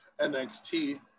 NXT